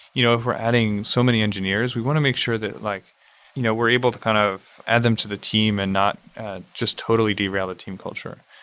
you know if we're adding so many engineers, we want to make sure that like you know we're able to kind of add them to the team and not just totally derail a team culture,